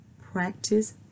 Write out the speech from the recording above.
practice